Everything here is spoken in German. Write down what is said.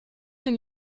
den